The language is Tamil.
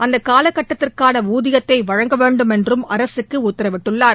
அந்த கால கட்டத்திற்கான ஊதியத்தை வழங்க வேண்டும் என்றும் அரசுக்கு உத்தரவிட்டுள்ளார்